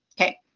okay